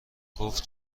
گفت